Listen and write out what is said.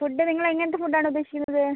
food നിങ്ങൾ എങ്ങനത്തെ ഫുഡാണ് ഉദ്ദേശിക്കുന്നത്